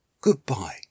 Goodbye